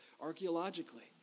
archaeologically